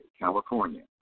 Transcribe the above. California